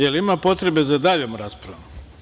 Jel ima potrebe za daljom raspravom?